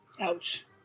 Ouch